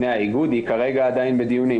האיגוד היא כרגע עדיין בדיונים,